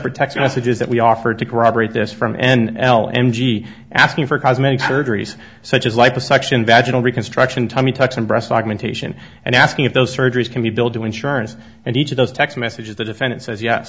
messages that we offered to corroborate this from n l n g asking for cosmetic surgeries such as liposuction vegetal reconstruction tummy tucks and breast augmentation and asking if those surgeries can be billed to insurance and each of those text messages the defendant says ye